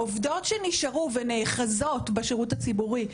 העובדות שנשארו ונאחזות בשירות הציבורי,